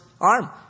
arm